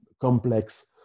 complex